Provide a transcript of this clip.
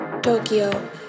Tokyo